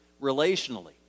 relationally